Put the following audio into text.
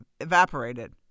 Evaporated